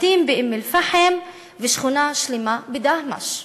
בתים באום-אלפחם ושכונה שלמה בדהמש.